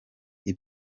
ibi